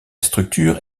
structure